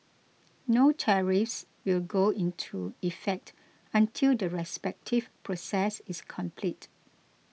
no tariffs will go into effect until the respective process is complete